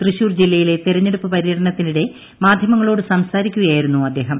തൃശൂർ ജില്ലയിലെ തിരഞ്ഞെടുപ്പ് പര്യടനത്തിനിടെ മാധ്യമങ്ങളോട് സംസാരിക്കുകയായിരുന്നു അദ്ദേഹം